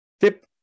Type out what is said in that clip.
tip